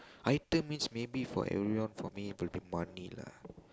item means maybe for everyone for me prefer money lah